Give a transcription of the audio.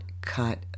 cut